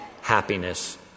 happiness